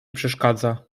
przeszkadza